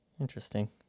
Interesting